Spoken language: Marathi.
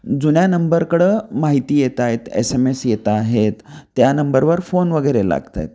जुन्या नंबरकडं माहिती येत आहेत एस एम एस येत आहेत त्या नंबरवर फोन वगैरे लागत आहेत